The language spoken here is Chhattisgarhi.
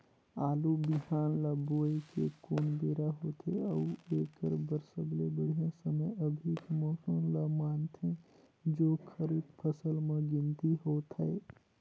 आलू बिहान ल बोये के कोन बेरा होथे अउ एकर बर सबले बढ़िया समय अभी के मौसम ल मानथें जो खरीफ फसल म गिनती होथै?